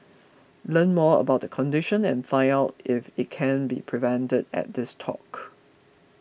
learn more about the condition and find out if it can be prevented at this talk